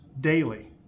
daily